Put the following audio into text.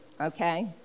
okay